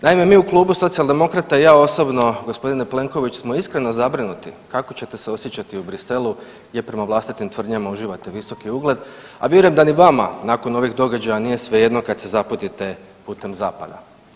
Naime, mi u Klubu Socijaldemokrata i ja osobno gospodine Plenković smo iskreno zabrinuti kako ćete se osjećati u Bruxellesu gdje prema vlastitim tvrdnjama uživate visoki ugled, a vjerujem da ni vama nakon ovih događaja nije svejedno kad se zaputite putem zapada.